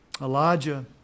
Elijah